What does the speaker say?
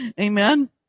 amen